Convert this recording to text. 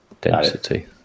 density